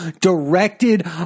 directed